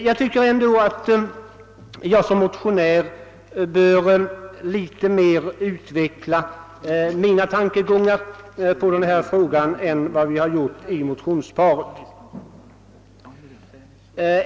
ändå tycker jag att jag vill utveckla mina tankegångar något mera än vi gjort i motionsparet.